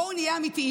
בואו נהיה אמיתיים.